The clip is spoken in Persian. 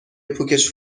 پوکش